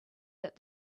that